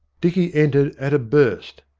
dicky entered at a burst.